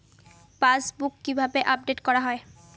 Passbook কিভাবে update করা হয়?